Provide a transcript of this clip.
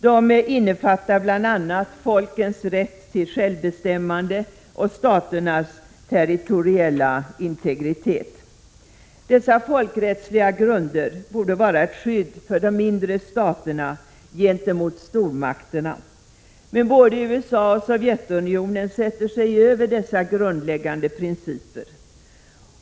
De innefattar bl.a. folkens rätt till självbestämmande och staternas territoriella integritet. Dessa folkrättsliga grunder borde vara ett skydd för de mindre staterna gentemot stormakterna. Men både USA och Sovjetunionen sätter sig över dessa grundläggande principer.